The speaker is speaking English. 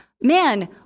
man